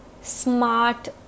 smart